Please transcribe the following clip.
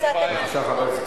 היה ברשימה.